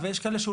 ויש כאלה שזה